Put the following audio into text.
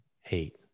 Hate